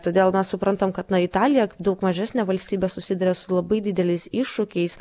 todėl mes suprantam kad na italija kaip daug mažesnė valstybė susiduria su labai dideliais iššūkiais